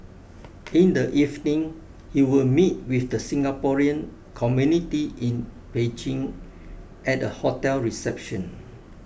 in the evening he will meet with the Singaporean community in Beijing at a hotel reception